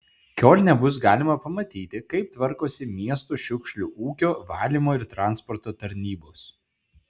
kiolne bus galima pamatyti kaip tvarkosi miesto šiukšlių ūkio valymo ir transporto tarnybos